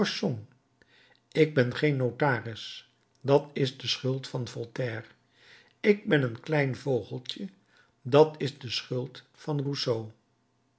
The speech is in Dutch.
ik ben geen notaris dat is de schuld van voltaire ik ben een klein vogeltje dat is de schuld van